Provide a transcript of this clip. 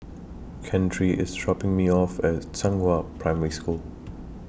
Keandre IS dropping Me off At Zhenghua Primary School